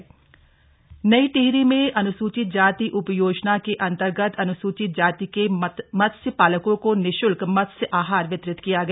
मत्स्य आहार नई टिहरी में अन्सूचित जाति उपयोजना के अंतर्गत अन्सूचित जाति के मत्स्य पालकों को निश्ल्क मत्स्य आहार वितरित किया गया